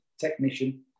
technician